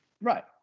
right